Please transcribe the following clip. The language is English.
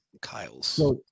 Kyle's